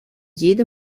jede